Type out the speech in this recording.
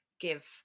give